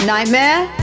Nightmare